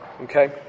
Okay